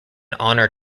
honor